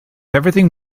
everything